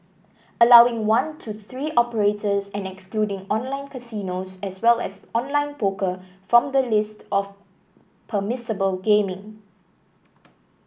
allowing one to three operators and excluding online casinos as well as online poker from the list of permissible gaming